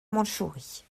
mandchourie